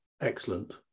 excellent